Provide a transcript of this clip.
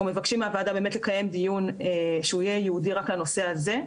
אנחנו מבקשים מהוועדה לקיים דיון שהוא יהיה ייעודי רק לנושא הזה.